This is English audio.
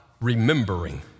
remembering